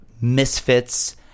Misfits